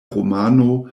romano